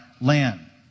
land